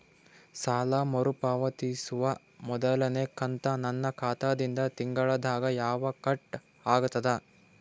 ಸಾಲಾ ಮರು ಪಾವತಿಸುವ ಮೊದಲನೇ ಕಂತ ನನ್ನ ಖಾತಾ ದಿಂದ ತಿಂಗಳದಾಗ ಯವಾಗ ಕಟ್ ಆಗತದ?